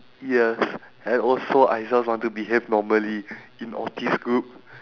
yes and also I just want to behave normally in autist group